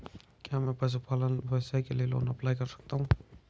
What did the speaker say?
क्या मैं पशुपालन व्यवसाय के लिए लोंन अप्लाई कर सकता हूं?